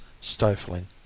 stifling